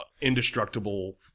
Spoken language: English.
Indestructible